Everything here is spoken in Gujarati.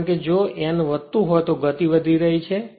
કારણ કે જો n વધતું હોય તો ગતિ વધી રહી છે